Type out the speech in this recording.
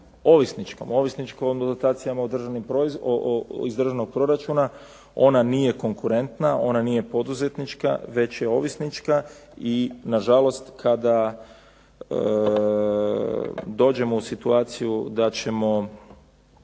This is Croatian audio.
ovisničkom o dotacijama iz državnog proračuna. Ona nije konkurentna, ona nije poduzetnička već je ovisnička. I nažalost kada dođemo u situaciju da ćemo